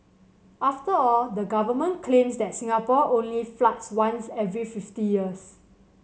after all the government claims that Singapore only floods once every fifty years